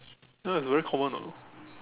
ya it's very common now